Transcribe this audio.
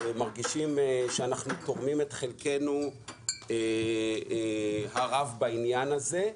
ואנחנו מרגישים שאנחנו תורמים את חלקנו הרב בעניין הזה,